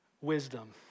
wisdom